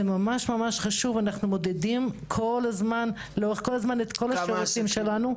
אנחנו מודדים לאורך כל הזמן את כל השירותים שלנו.